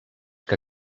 que